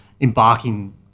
embarking